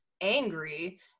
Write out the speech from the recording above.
angry